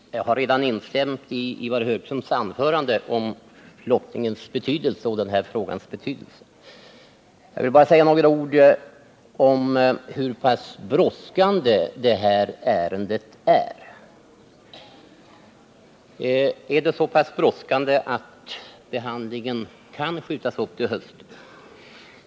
Herr talman! Jag har redan instämt i Ivar Högströms anförande om flottningens värde och denna frågas betydelse. Jag vill bara säga några ord om hur brådskande detta ärende är. Är det så brådskande att behandlingen inte kan skjutas upp till hösten?